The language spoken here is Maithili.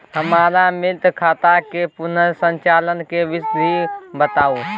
हमर मृत खाता के पुनर संचालन के विधी बताउ?